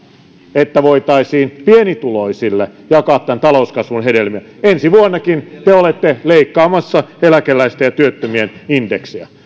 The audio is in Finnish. että voitaisiin pienituloisille jakaa tämän talouskasvun hedelmiä ensi vuonnakin te olette leikkaamassa eläkeläisten ja työttömien indeksiä